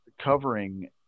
covering